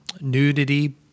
nudity